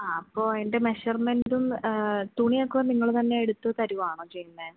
ആ അപ്പോൾ അതിൻ്റെ മെഷർമെറ്റും തുണിയൊക്കെ നിങ്ങൾ തന്നെ എടുത്തു തരികയാണോ ചെയ്യുന്നത്